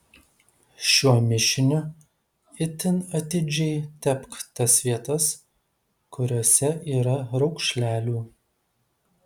šiuo mišiniu itin atidžiai tepk tas vietas kuriose yra raukšlelių